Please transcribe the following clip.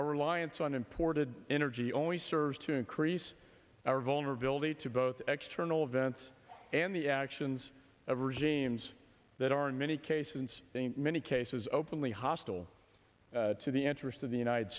reliance on imported energy only serves to increase our vulnerability to both extra nola vents and the actions of regimes that are in many cases it's many cases openly hostile to the interest of the united